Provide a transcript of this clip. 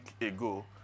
ago